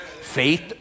Faith